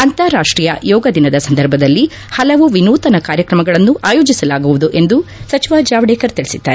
ಅಂತಾರಾಷ್ಟೀಯ ಯೋಗ ದಿನದ ಸಂದರ್ಭದಲ್ಲಿ ಹಲವು ವಿನೂತನ ಕಾರ್ಯಕ್ರಮಗಳನ್ನು ಆಯೋಜಿಸಲಾಗುವುದು ಎಂದು ಸಚಿವ ಜಾವಡೇಕರ್ ತಿಳಿಸಿದ್ಗಾರೆ